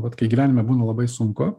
vat kai gyvenime būna labai sunku